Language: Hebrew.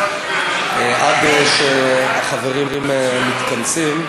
עד שהחברים מתכנסים,